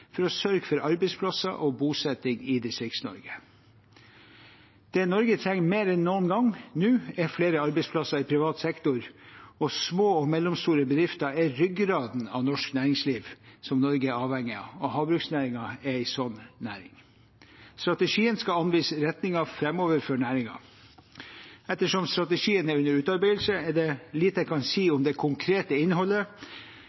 for å sørge for arbeidsplasser og bosetting i Distrikts-Norge. Det Norge trenger nå, mer enn noen gang, er flere arbeidsplasser i privat sektor. Små og mellomstore bedrifter er ryggraden i norsk næringsliv, som Norge er avhengig av. Havbruksnæringen er en slik næring. Strategien skal anvise retningen framover for næringen. Ettersom strategien er under utarbeidelse, er det lite jeg kan si